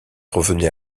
revenait